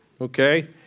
Okay